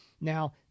Now